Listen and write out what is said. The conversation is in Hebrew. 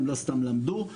הם לא סתם למדו.